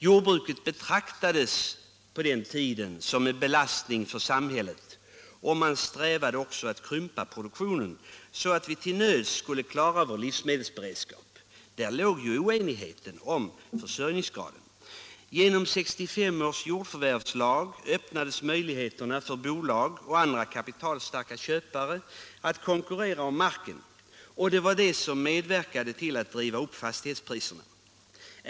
Jordbruket betraktades på den tiden som en belastning för samhället, och man strävade Allmänpolitisk debatt Allmänpolitisk debatt också efter att krympa produktionen, så att vi endast till nöds skulle klara vår livmedelsberedskap. Därigenom uppstod oenigheten om för sörjningsgraden. Genom 1965 års jordförvärvslag öppnades möjligheterna för bolag och andra kapitalstarka köpare att konkurrera om marken, och det var det som medverkade till att driva upp fastighetspriserna.